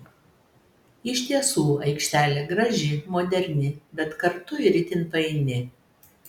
iš tiesų aikštelė graži moderni bet kartu ir itin paini